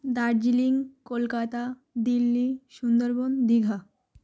Darjeeling Kolkata Delhi Sundarban Digha